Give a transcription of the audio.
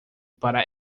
para